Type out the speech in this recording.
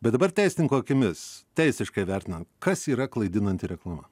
bet dabar teisininko akimis teisiškai vertinant kas yra klaidinanti reklama